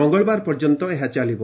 ମଙ୍ଗଳବାର ପର୍ଯ୍ୟନ୍ତ ଏହା ଚାଲିବ